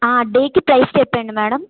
డేకి ప్రైస్ చెప్పండి మేడం